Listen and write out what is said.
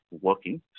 working